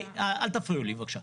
אל תפריעו לי בבקשה.